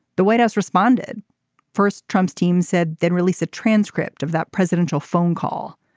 the white house responded first trump's team said then released a transcript of that presidential phone call.